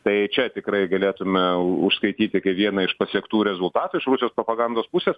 tai čia tikrai galėtume užskaityti kaip vieną iš pasiektų rezultatų iš rusijos propagandos pusės